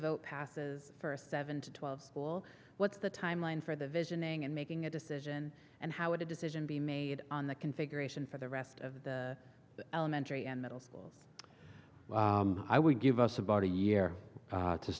vote passes first seven to twelve will what's the timeline for the visioning and making a decision and how would a decision be made on the configuration for the rest of the elementary and middle school i would give us about a year